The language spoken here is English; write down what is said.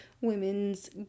women's